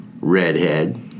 redhead